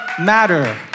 matter